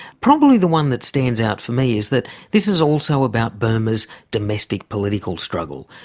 probably the one that stands out for me is that this is also about burma's domestic political struggle.